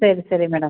ಸರಿ ಸರಿ ಮೇಡಮ್